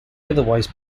otherwise